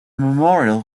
memorial